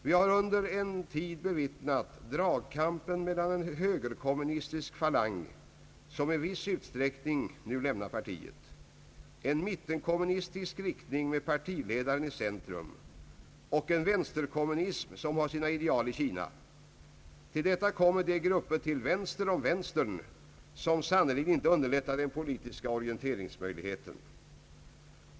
Vi har under en tid bevittnat dragkampen mellan en högerkommunistisk falang, som i viss utsträckning nu lämnar partiet, en mittenkommunistisk riktning med partiledaren i centrum, och en vänsterkommunism som har sina ideal i Kina. Till detta kommer de grupper till vänster om vänstern, som sannerligen inte underlättar den politiska orienteringsmöjligheten.